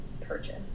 purchase